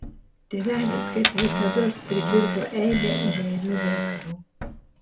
tėvelis kaip visados pripirko eibę įvairių daiktų